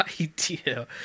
idea